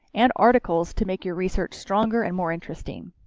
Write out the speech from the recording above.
and articles to make your research stronger and more interesting.